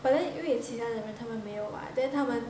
but then 因为其他的人他们没有 [what] then 他们